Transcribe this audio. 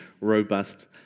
robust